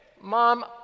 Mom